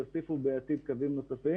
בעתיד יוסיפו קווים נוספים